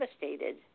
devastated